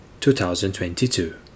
2022